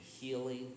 healing